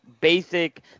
basic